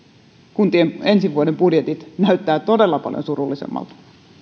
kuntien ensi vuoden budjetit näyttävät todella paljon surullisemmilta